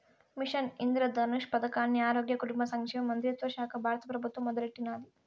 machine Indradhanush పదకాన్ని ఆరోగ్య, కుటుంబ సంక్షేమ మంత్రిత్వశాక బారత పెబుత్వం మొదలెట్టినాది